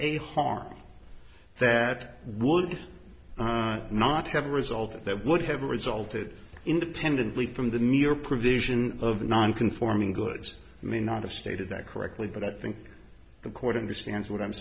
a harm that would not have a result that would have resulted independently from the mere provision of the non conforming goods i may not have stated that correctly but i think the court understands what i'm